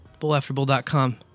Bullafterbull.com